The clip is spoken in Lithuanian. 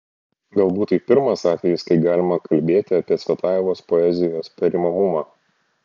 galbūt tai pirmas atvejis kai galima kalbėti apie cvetajevos poezijos perimamumą